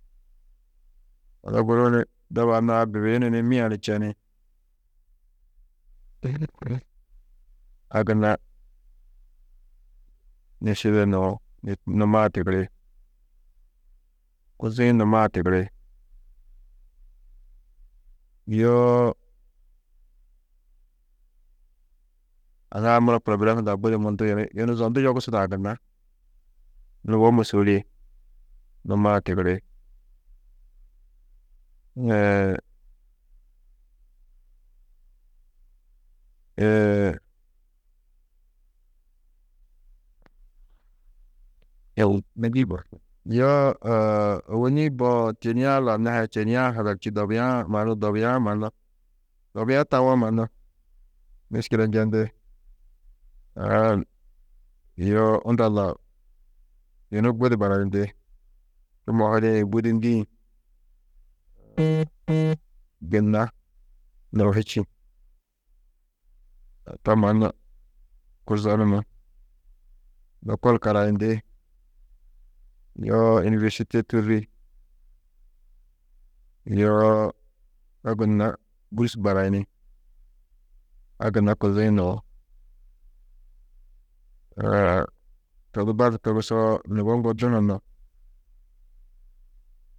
Odu guru ni doba annaa bibiyunu ni mia ni čeni, a gunna nêsibe nuũ, numaa tigiri. Kuzi-ĩ numaa tigiri, yoo ada-ã muro purobelem hundã budi mundu, yunu, yunu zondu yogusudã gunna nubo môsoulie, numaa tigiri. mêdi yugó, yoo ôwonni koo čênie-ã lau, nahia čênie-ã hadar čîidi, dobia-ã, mura du dobia-ã mannu, dobia tawo mannu miškile njendi, yoo unda lau yunu budi barayindi, čumohidi, bûdindĩ, gunna nuro hi čî. To mannu kuzo numa lokol karayindi, yoo ûniversite tûrri, yoo to gunna gûrs barayini, a gunna kuzi-ĩ nuũ. to di baddu togusoo, nubo ŋgo dunono.